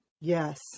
Yes